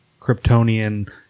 Kryptonian